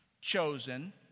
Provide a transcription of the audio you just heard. chosen